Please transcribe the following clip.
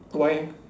why